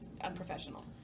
unprofessional